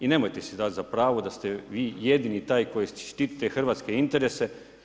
I nemojte si dati za pravo da ste vi jedini taj koji štitite hrvatske interese.